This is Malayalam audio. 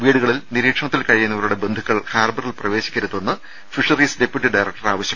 വീടുകളിൽ നിരീക്ഷണത്തിൽ കഴിയുന്നവരുടെ ബന്ധുക്കൾ ഹാർബറിൽ പ്രവേശിക്കരുതെന്ന് ഫിഷറീസ് ഡെപ്യൂട്ടി ഡയറക്ടർ ആവശ്യപ്പെട്ടു